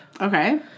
Okay